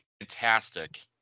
Fantastic